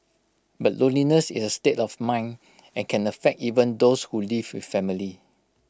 but loneliness is A state of mind and can affect even those who live with family